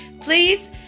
please